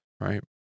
Right